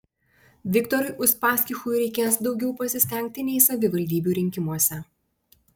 viktorui uspaskichui reikės daugiau pasistengti nei savivaldybių rinkimuose